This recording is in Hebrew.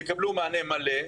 יקבלו מענה מלא.